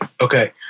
Okay